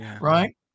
right